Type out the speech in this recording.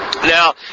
Now